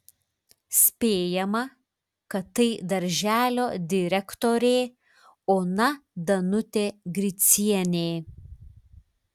spėjama kad tai darželio direktorė ona danutė gricienė